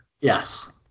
Yes